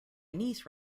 niece